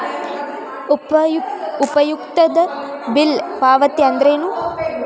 ಉಪಯುಕ್ತತೆ ಬಿಲ್ ಪಾವತಿ ಅಂದ್ರೇನು?